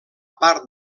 part